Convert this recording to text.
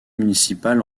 municipal